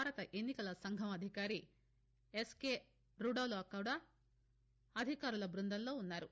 భారత ఎన్నికల సంఘం అధికారి ఎస్కె రుడోలా కూడా అధికారుల బృందంలో ఉన్నారు